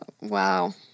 Wow